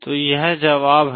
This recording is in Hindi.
तो यह जवाब है